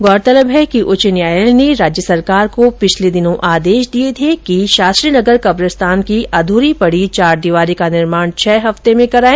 गौरतलब है कि उच्च न्यायालय ने राज्य सरकार को पिछले दिनों आदेश दिए थे कि वह शास्त्री नगर कब्रिस्तान की अध्री पड़ी चारदीवारी का निर्माण छह हफ्ते में कराए